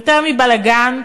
יותר מבלגן,